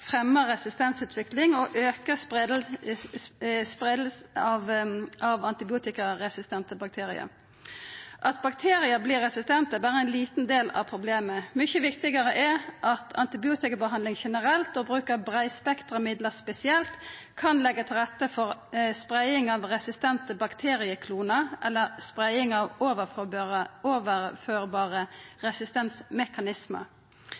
resistensutvikling og aukar spreiinga av antibiotikaresistente bakteriar. At bakteriar vert resistente, er berre ein liten del av problemet. Mykje viktigare er det at antibiotikabehandling generelt og bruk av breispektra midlar spesielt kan leggja til rette for spreiing av resistente bakterieklonar eller spreiing av overførbare